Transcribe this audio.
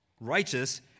righteous